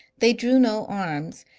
they drew no arms,